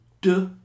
duh